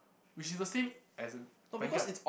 which is the same as Vanguard